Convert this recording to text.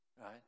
right